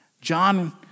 John